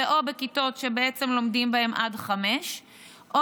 זה או בכיתות שבעצם לומדים בהן עד 17:00 או